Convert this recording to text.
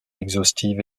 exhaustive